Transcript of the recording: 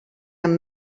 amb